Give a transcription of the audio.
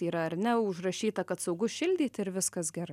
yra ar ne užrašyta kad saugu šildyt ir viskas gerai